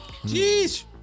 Jeez